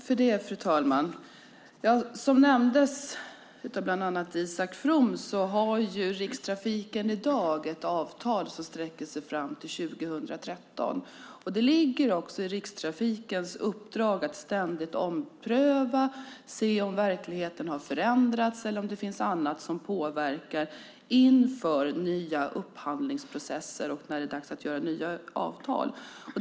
Fru talman! Som nämndes av bland annat Isak From har Rikstrafiken i dag ett avtal som sträcker sig fram till 2013. Det ligger också i Rikstrafikens uppdrag att ständigt ompröva och se om verkligheten har förändrats eller om det finns annat som påverkar inför nya upphandlingsprocesser och när det är dags att träffa nya avtal.